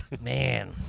Man